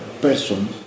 person